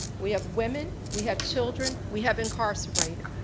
we have women, we have children, we have incarcerated.